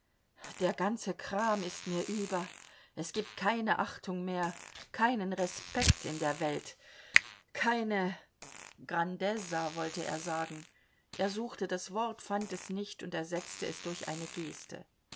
der ganze kram ist mir über es gibt keine achtung mehr keinen respekt in der welt keine grandezza wollte er sagen er suchte das wort fand es nicht und ersetzte es durch eine geste